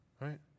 right